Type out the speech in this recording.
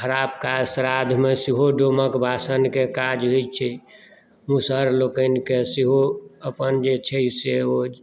खराब काज श्राद्धमे सेहो डोमक वासनके काज होइत छै मुसहर लोकनिकेँ सेहो अपन जे छै से ओ